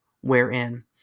wherein